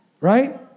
Right